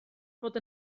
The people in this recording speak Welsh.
bod